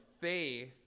faith